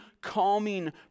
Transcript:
calming